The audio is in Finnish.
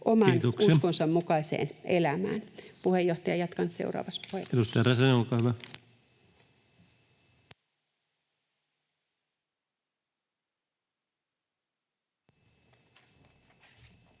oman uskonsa mukaiseen elämään. — Puheenjohtaja, jatkan seuraavassa puheenvuorossa.